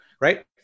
right